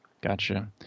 Gotcha